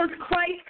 Christ